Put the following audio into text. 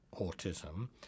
autism